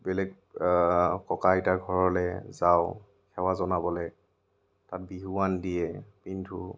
বেলেগ ককা আইতাৰ ঘৰলৈ যাওঁ সেৱা জনাবলৈ তাত বিহুৱান দিয়ে পিন্ধোঁ